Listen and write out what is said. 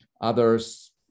others